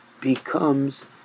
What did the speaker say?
becomes